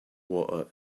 water